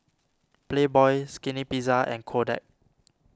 Playboy Skinny Pizza and Kodak